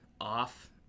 off